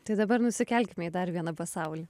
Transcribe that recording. tai dabar nusikelkime į dar vieną pasaulį